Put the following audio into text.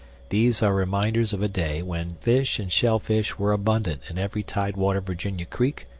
these are reminders of a day when fish and shellfish were abundant in every tidewater virginia creek,